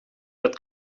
had